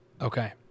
Okay